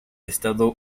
estado